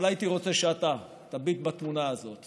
אבל הייתי רוצה שאתה תביט בתמונה הזאת